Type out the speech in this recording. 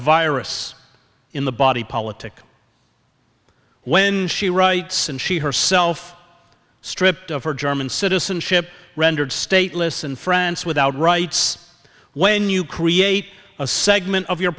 virus in the body politic when she writes and she herself stripped of her german citizenship rendered stateless in france without rights when you create a segment of your